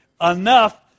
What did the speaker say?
enough